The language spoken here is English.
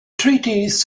treaties